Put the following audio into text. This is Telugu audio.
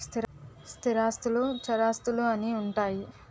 స్థిరాస్తులు చరాస్తులు అని ఉంటాయి